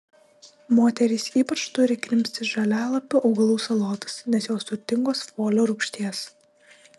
moterys ypač turi krimsti žalialapių augalų salotas nes jos turtingos folio rūgšties